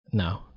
no